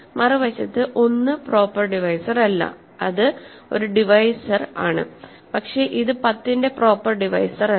മറുവശത്ത് 1 proper divisor അല്ല അത് ഒരു ഡിവൈസർ പക്ഷേ ഇത് 10 ന്റെ പ്രോപ്പർ ഡിവൈസർ അല്ല